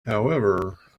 however